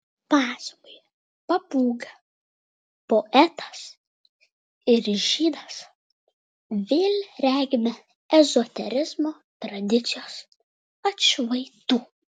pasakoje papūga poetas ir žydas vėl regime ezoterizmo tradicijos atšvaitų